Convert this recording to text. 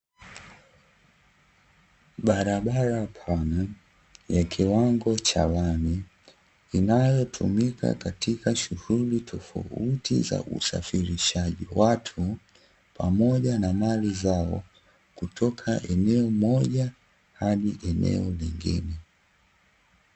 Barabara pana ya kiwango cha lami inayotumika katika shughuli tofauti za usafirishaji, watu pamoja na mali zao kutoka eneo moja hadi eneo lingine.